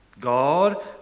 God